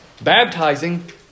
Baptizing